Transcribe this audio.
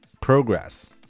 progress